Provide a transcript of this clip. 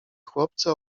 chłopcy